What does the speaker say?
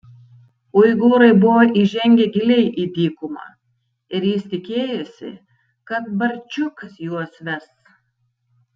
uigūrai buvo įžengę giliai į dykumą ir jis tikėjosi kad barčiukas juos ves